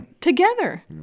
together